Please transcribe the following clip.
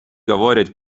говорять